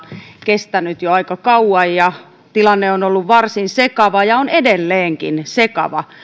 kestänyt jo aika kauan tilanne on ollut varsin sekava ja on edelleenkin sekava